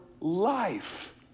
life